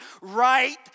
right